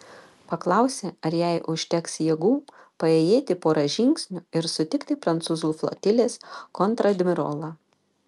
paklausė ar jai užteks jėgų paėjėti porą žingsnių ir sutikti prancūzų flotilės kontradmirolą